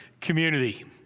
community